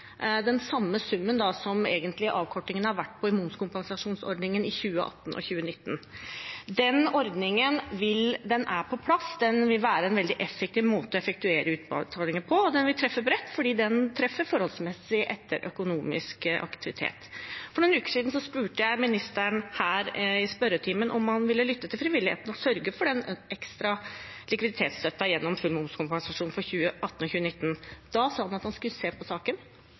den samme summen som avkortningen har vært på i momskompensasjonsordningen i 2018 og 2019. Den ordningen er på plass, den vil være en veldig effektiv måte å effektuere utbetalinger på, og den vil treffe bredt, for den treffer forholdsmessig etter økonomisk aktivitet. For noen uker siden spurte jeg ministeren her i spørretimen om han ville lytte til frivilligheten og sørge for den ekstra likviditetsstøtten gjennom momskompensasjon for 2018 og 2019. Da sa han at han skulle se på saken.